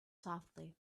softly